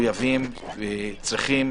שלא יהיה ספק לאף אחד, כולנו מחויבים וצריכים